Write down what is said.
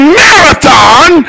marathon